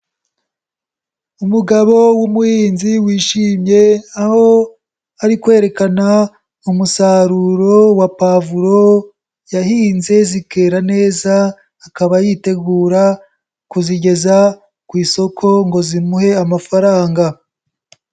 Umugabo w'umuhinzi wishimye aho ari kwerekana umusaruro wa pavuro yahinze zikera neza akaba yitegura kuzigeza ku isoko ngo zimuhe amafaranga.